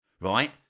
right